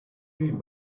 mean